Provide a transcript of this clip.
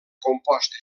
composta